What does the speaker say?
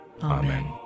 Amen